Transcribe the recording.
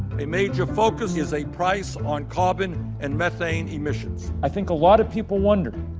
a major focus is a price on carbon and methane emissions. i think a lot of people wondered,